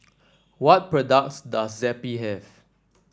what products does Zappy have